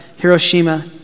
Hiroshima